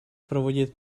проводит